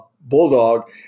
bulldog